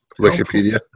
Wikipedia